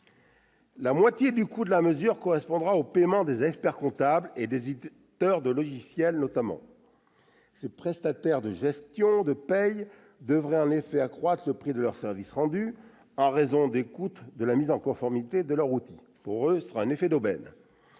La moitié du coût de la mesure correspondra au paiement des experts-comptables et des éditeurs de logiciels notamment. Ces prestataires de gestion de paye devraient en effet accroître le prix de leurs services rendus en raison des coûts de la mise en conformité de leurs outils. Pour eux, il s'agira vraiment d'un effet d'aubaine